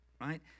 right